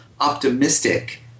optimistic